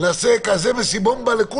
ונעשה מסיבה המונית לכולם.